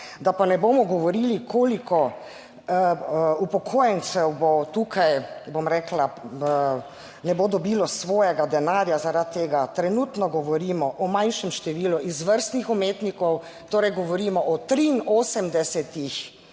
Da pa ne bomo govorili koliko upokojencev bo tukaj, bom rekla, ne bo dobilo svojega denarja zaradi tega. Trenutno govorimo o manjšem številu izvrstnih umetnikov, torej govorimo o 83,